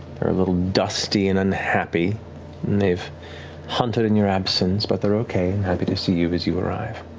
they're a little dusty and unhappy. and they've hunted in your absence, but they're okay and happy to see you as you arrive.